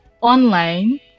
online